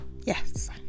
Yes